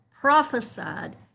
prophesied